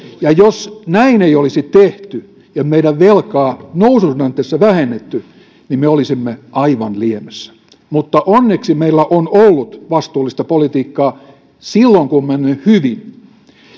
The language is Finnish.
ja jos näin ei olisi tehty ja meidän velkaamme noususuhdanteessa ei olisi vähennetty niin me olisimme aivan liemessä mutta onneksi meillä on ollut vastuullista politiikkaa silloin kun on mennyt hyvin